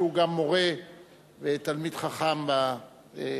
שהוא גם מורה ותלמיד חכם בקוראן.